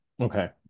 Okay